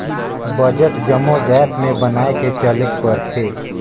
budget जम्मो जाएत में बनाए के चलेक परथे